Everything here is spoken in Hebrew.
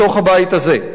בתוך הבית הזה.